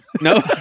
No